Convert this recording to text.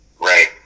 Right